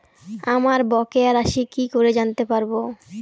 আমার বকেয়া রাশি কি করে জানতে পারবো?